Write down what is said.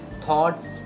thoughts